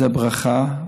זה ברכה.